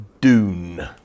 Dune